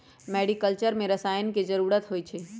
mariculture में रसायन के जरूरत होई छई